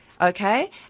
Okay